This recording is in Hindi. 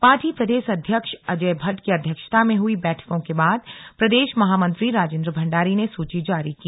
पार्टी प्रदेश अध्यक्ष अजय भट्ट की अध्यक्षता में हुई बैठकों के बाद प्रदेश महामंत्री राजेंद्र भंडारी ने सूची जारी की